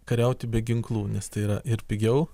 kariauti be ginklų nes tai yra ir pigiau